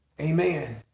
Amen